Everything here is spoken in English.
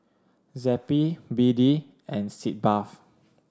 Zappy B D and Sitz Bath